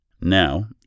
Now